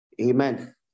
Amen